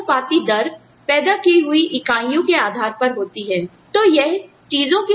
मात्रानुपाती दर पैदा की हुई इकाइयों के आधार पर होती हैं